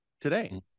today